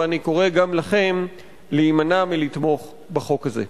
ואני קורא גם לכם להימנע מלתמוך בחוק הזה.